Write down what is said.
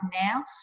now